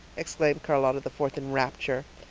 exclaimed charlotta the fourth in rapture.